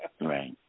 Right